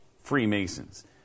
Freemasons